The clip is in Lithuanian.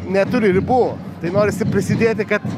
neturi ribų tai norisi prisidėti kad